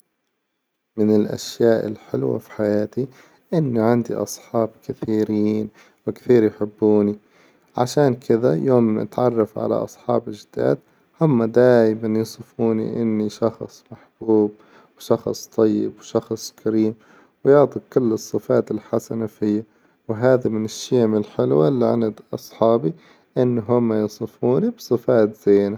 من الأشياء الحلوة في حياتي إنه عندي أصحاب كثيرين وكثير يحبوني، عشان كذا يوم اتعرف على أصحاب جداد هم دايما يصفوني إني شخص محبوب، وشخص طيب، وشخص كريم، ويعطوا كل الصفات الحسنة إللي فيه، وهذا من الشيم الحلوة إللي عندي أصحابي إنه هم يصفوني بصفات زينة.